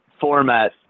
format